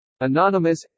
Anonymous